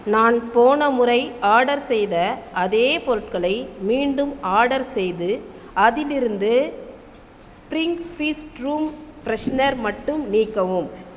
நான் போன முறை ஆடர் செய்த அதே பொருட்களை மீண்டும் ஆடர் செய்து அதிலிருந்து ஸ்பிரிங் ஃபீஸ்ட் ரூம் ஃபிரெஷ்னர் மட்டும் நீக்கவும்